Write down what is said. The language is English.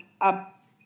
up